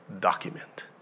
document